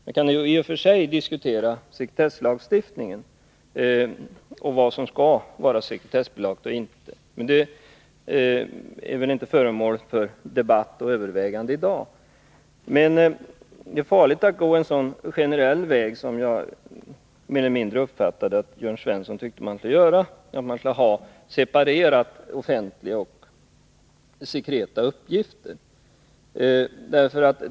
Man kan i och för sig diskutera sekretesslagstiftningen och vad som skall vara sekretessbelagt eller inte, men det är inte föremål för debatt och övervägande i dag. Men det är farligt att gå en så generell väg som jag uppfattade att Jörn Svensson tyckte att vi skulle göra — att vi skulle separera offentliga och sekreta uppgifter.